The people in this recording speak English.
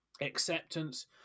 acceptance